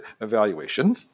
evaluation